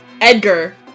Edgar